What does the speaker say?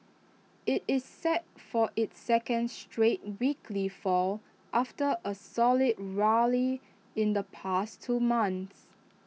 IT is set for its second straight weekly fall after A solid rally in the past two months